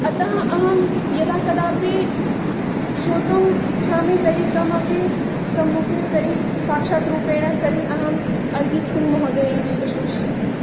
अतः अहं यदा कदापि श्रोतुम् इच्छामि तर्हि कमपि सम्मुखे तर्हि साक्षात् रूपेण तर्हि अहम् अर्जित् सिङ्ग् महोदयम् एव श्रोष्यामि